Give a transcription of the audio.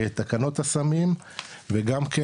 תקנות הסמים וגם כן,